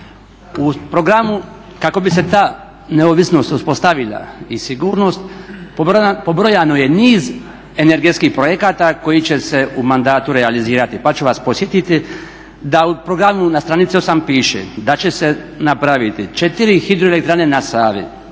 U programu kako bi se ta neovisnost uspostavila i sigurnost pobrojano je niz energetskih projekata koji će se u mandatu realizirati. Pa ću vas podsjetiti da u programu na str. 8 piše da će se napraviti 4 hidroelektrane na Savi,